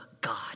God